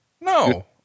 No